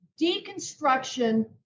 Deconstruction